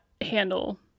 handle